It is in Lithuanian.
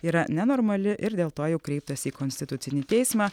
yra nenormali ir dėl to jau kreiptasi į konstitucinį teismą